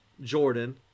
Jordan